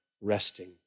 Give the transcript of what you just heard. resting